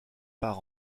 par